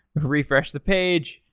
refresh the page,